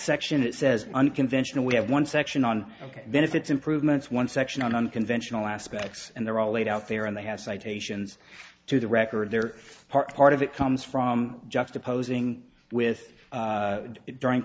section it says unconventional we have one section on ok then if it's improvements one section on unconventional aspects and they're all laid out there and they have citations to the record their part part of it comes from juxtaposing with it during